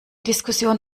diskussion